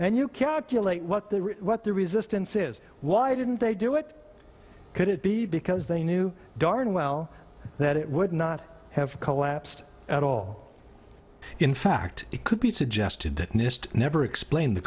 and you calculate what the what the resistance is why didn't they do it could it be because they knew darn well that it would not have collapsed at all in fact it could be suggested that nist never explain the